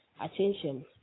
attention